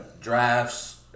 Drafts